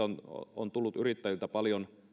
on on tullut yrittäjiltä paljon